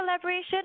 collaboration